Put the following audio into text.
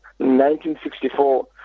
1964